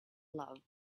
love